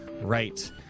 right